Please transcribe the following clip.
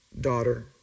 daughter